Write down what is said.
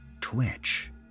twitch